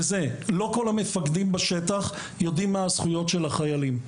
לא כל המפקדים בשטח יודעים מה הזכויות של החיילים.